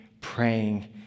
praying